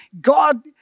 God